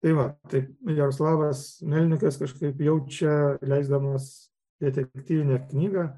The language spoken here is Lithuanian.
tai va taip jeroslavas melnikas kažkaip jaučia leisdamas detektyvinę knygą